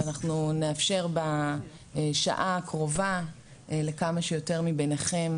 אנחנו נאפשר בשעה הקרובה לכמה שיותר מבינכם